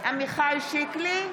עמיחי שיקלי,